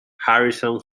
harrison